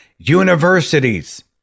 Universities